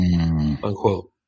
unquote